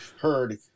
heard